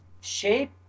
shape